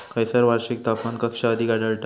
खैयसर वार्षिक तापमान कक्षा अधिक आढळता?